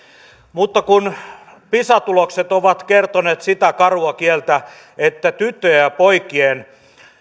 mutta kun pisa tulokset ovat kertoneet sitä karua kieltä että tyttöjen ja poikien